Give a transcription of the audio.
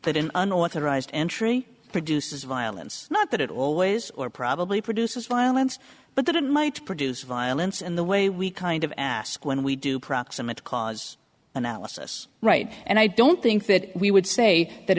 that in an authorized entry produces violence not that it always or probably produces violence but that it might produce violence in the way we kind of ask when we do proximate cause analysis right and i don't think that we would say that